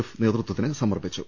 F നേതൃത്വത്തിന് സമർപ്പിച്ചു